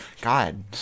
god